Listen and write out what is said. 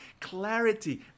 Clarity